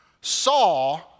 saw